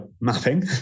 mapping